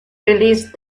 released